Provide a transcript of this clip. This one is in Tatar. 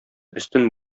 өстен